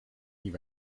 niet